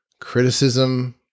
criticism